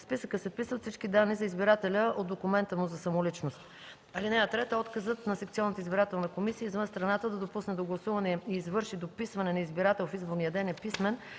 В списъка се вписват всички данни на избирателя от документа му за самоличност. (3) Отказът на секционната избирателна комисия извън страната да допусне до гласуване и извърши дописване на избирател в изборния ден е писмен,